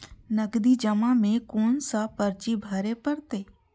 नगदी जमा में कोन सा पर्ची भरे परतें?